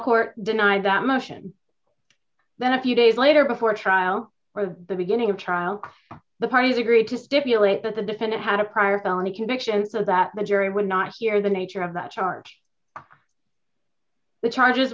court denied that motion then a few days later before trial or the beginning of trial the parties agreed to stipulate that the defendant had a prior felony conviction so that the jury would not hear the nature of that charge the charges